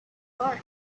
learn